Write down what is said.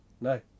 No